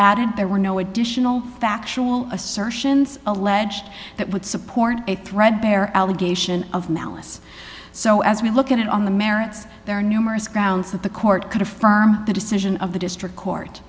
added there were no additional factual assertions alleged that would support a threadbare allegation of malice so as we look at it on the merits there are numerous grounds that the court could affirm the decision of the district court